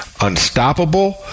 unstoppable